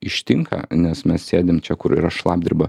ištinka nes mes sėdim čia kur yra šlapdriba